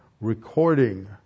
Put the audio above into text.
recording